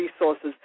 resources